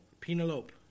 Penelope